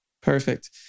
Perfect